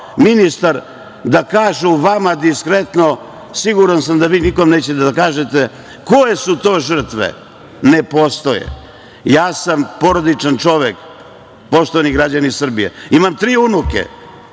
ministar da vama kažu diskretno, siguran sam da vi nikom nećete da kažete, koje su to žrtve? Ne postoje. Ja sam porodičan čovek, poštovani građani Srbije, imam tri unuke,